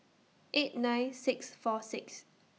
eight nine six four six